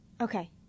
Okay